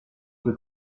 che